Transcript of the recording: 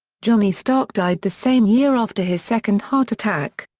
johnny stark died the same year after his second heart attack.